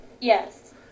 Yes